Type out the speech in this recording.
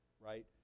right